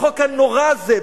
בחוק הנורא הזה,